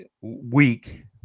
week